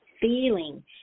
feeling